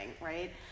right